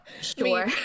Sure